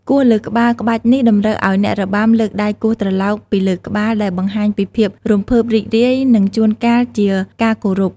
គោះលើក្បាល ក្បាច់នេះតម្រូវឱ្យអ្នករបាំលើកដៃគោះត្រឡោកពីលើក្បាល ដែលបង្ហាញពីភាពរំភើបរីករាយ និងជួនកាលជាការគោរព។